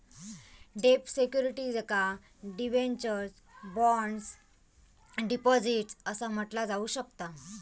डेब्ट सिक्युरिटीजका debentures, bonds, deposits असा म्हटला जाऊ शकता